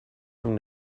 from